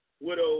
Widow